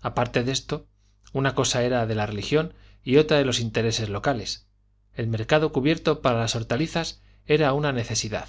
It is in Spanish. aparte de esto una cosa era la religión y otra los intereses locales el mercado cubierto para las hortalizas era una necesidad